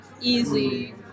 easy